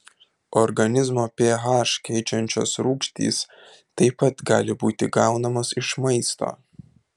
organizmo ph keičiančios rūgštys taip pat gali būti gaunamos iš maisto